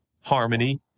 harmony